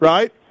Right